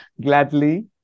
Gladly